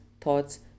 thoughts